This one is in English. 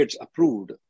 approved